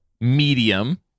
medium